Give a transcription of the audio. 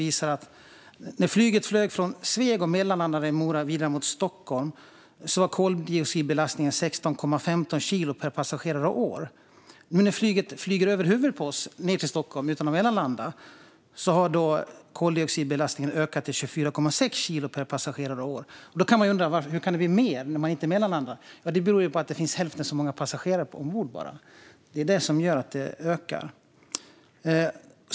Den visar att koldioxidbelastningen var 16,15 kilo per passagerare och år när flyget flög från Sveg och mellanlandade i Mora för att gå vidare mot Stockholm. Nu när flyget flyger över huvudet på oss ned till Stockholm utan att mellanlanda har koldioxidbelastningen ökat till 24,6 kilo per passagerare och år. Man kan undra hur det kan bli mer när flyget inte mellanlandar. Det beror på att det finns hälften så många passagerare ombord - det är detta som gör att det ökar.